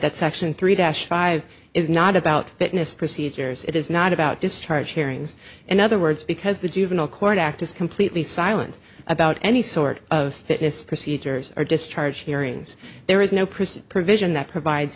that section three dash five is not about witness procedures it is not about discharge hearings in other words because the juvenile court act is completely silent about any sort of fitness procedures or discharge hearings there is no prison provision that provides